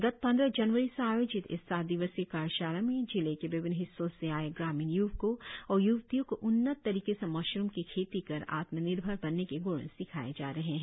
गत पंद्रह जनवरी से आयोजित इस सात दिवसीय कार्यशाला में जिले के विभिन्न हिस्सों से आए ग्रामीण य्वकों और य्वतियों को उन्नत तरीके से मशरुम की खेती कर आत्मनिर्भर बनने के ग्ण सिखाएं जा रहे है